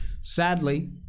sadly